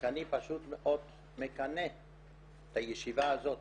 רק אני פשוט מאוד מקנא בישיבה הזאת